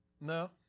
No